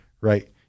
right